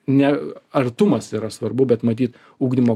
ne artumas yra svarbu bet matyt ugdymo